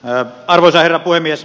arvoisa herra puhemies